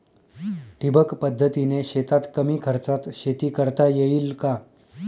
ठिबक पद्धतीने शेतात कमी खर्चात शेती करता येईल का?